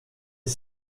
est